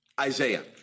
Isaiah